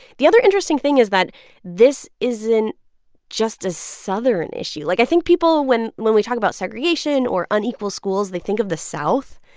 the other interesting thing is that this isn't just a southern issue. like, i think people, when when we talk about segregation or unequal schools, they think of the south,